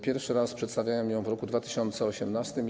Pierwszy raz przedstawiałem ją w roku 2018.